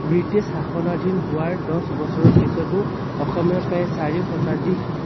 British শাসনাধীন হোৱাৰ দহ বছৰৰ পিছতো অসমে প্ৰায় চাৰি শতাধিক